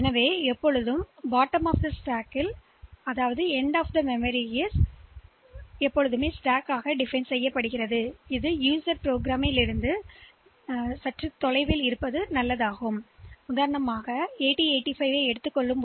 எனவே அடுக்கின் அடிப்பகுதியை மற்ற பயனர்களின் ப்ரோக்ராம்லிருந்து வெகு தொலைவில் இருக்கமெமரித்தின் முடிவில் வைப்பது வழக்கம்